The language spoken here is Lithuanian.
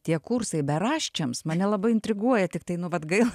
tie kursai beraščiams mane labai intriguoja tiktai nu vat gaila